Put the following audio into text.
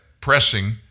pressing